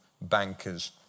bankers